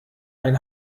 ein